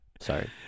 Sorry